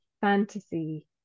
fantasy